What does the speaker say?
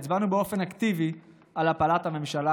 הצבענו באופן אקטיבי על הפלת הממשלה,